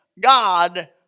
God